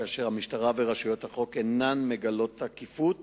כאשר המשטרה ורשויות החוק אינן מגלות תקיפות